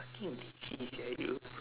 fucking lazy sia you